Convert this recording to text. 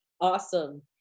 Awesome